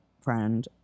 friend